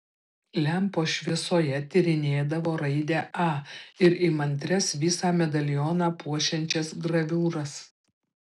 lempos šviesoje tyrinėdavo raidę a ir įmantrias visą medalioną puošiančias graviūras